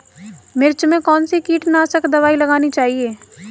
मिर्च में कौन सी कीटनाशक दबाई लगानी चाहिए?